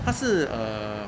他是 uh